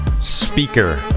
speaker